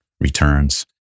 returns